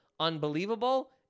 unbelievable